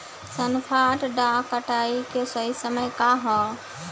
सॉफ्ट डॉ कटाई के सही समय का ह?